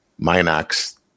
Minox